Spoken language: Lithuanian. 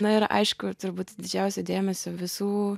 na ir aišku ir turbūt didžiausio dėmesio visų